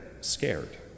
scared